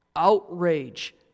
Outrage